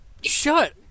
Shut